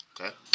Okay